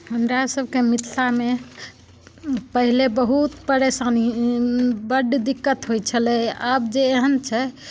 हमरासभके मिथिलामे पहिले बहुत परेशानी बड्ड दिक्कत होइत छलै आब जे एहन छै